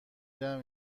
دهم